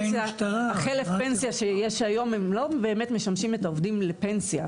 חלף הפנסיה שיש היום הם לא באמת משמשים את העובדים לפנסיה.